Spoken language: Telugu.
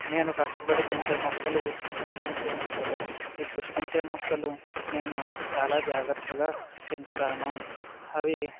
నేను కష్టపడి పెంచే మొక్కలు పుష్పించే మొక్కలు ఈ పుష్పించే మొక్కలు నేను చాలా జాగ్రత్తగా పెంచుతాను అవి